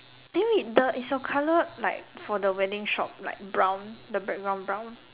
the wait the is your color like for the wedding shop like brown the background brown